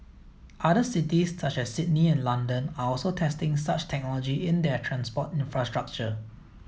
other cities such as Sydney and London are also testing such technology in their transport infrastructure